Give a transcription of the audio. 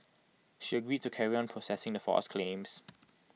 she agreed to carry on processing the false claims